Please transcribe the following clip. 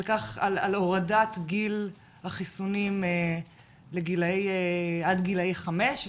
על הורדת גיל החיסונים עד גילאי חמש,